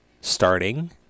starting